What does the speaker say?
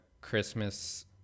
Christmas